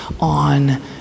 on